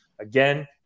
again